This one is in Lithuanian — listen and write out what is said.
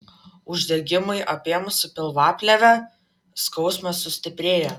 uždegimui apėmus pilvaplėvę skausmas sustiprėja